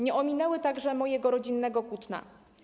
Nie ominęły także mojego rodzinnego Kutna.